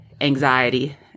anxiety